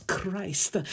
Christ